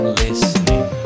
listening